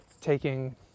taking